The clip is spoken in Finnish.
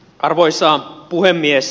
arvoisa puhemies